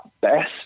best